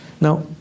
Now